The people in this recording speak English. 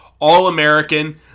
All-American